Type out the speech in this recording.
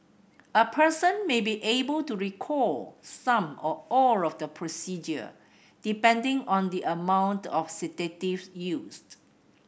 a person may be able to recall some or all of the procedure depending on the amount of sedative used